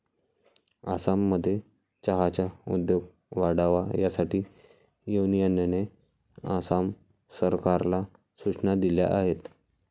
आसाममध्ये चहाचा उद्योग वाढावा यासाठी युनियनने आसाम सरकारला सूचना दिल्या आहेत